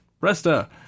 Resta